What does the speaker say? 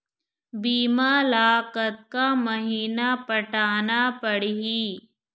बीमा ला कतका महीना पटाना पड़ही?